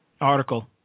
article